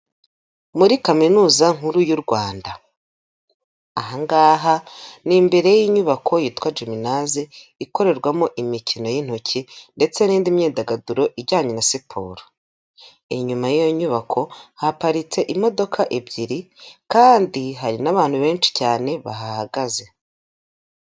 Muri kaminuza nkuru y'u Rwanda, aha ngaha ni imbere y'inyubako yitwa Jimunaze ikorerwamo imikino y'intoki ndetse n'indi myidagaduro ijyanye na siporo, inyuma y'iyo nyubako haparitse imodoka ebyiri, kandi hari n'abantu benshi cyane bahahagaze.